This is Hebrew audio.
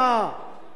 אולי הנכונה,